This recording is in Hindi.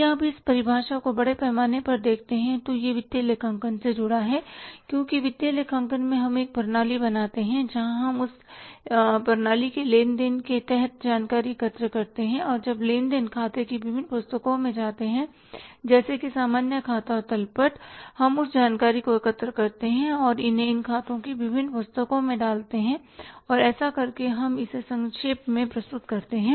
यदि आप इस परिभाषा को बड़े पैमाने पर देखते हैं तो यह वित्तीय लेखांकन से जुड़ा हुआ है क्योंकि वित्तीय लेखांकन में हम एक प्रणाली बनाते हैं जहां हम उस प्रणाली के लेन देन के तहत जानकारी एकत्र करते हैं और जब लेन देन खातों की विभिन्न पुस्तकों में जाते हैं जैसे कि सामान्य खाता और तलपट हम उस जानकारी को एकत्र करते हैं और इन्हें खातों की विभिन्न पुस्तकों में डालते हैं और ऐसा करके हम इसे संक्षेप में प्रस्तुत करते हैं